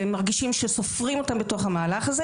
והם מרגישים שסופרים אותם בתוך המהלך הזה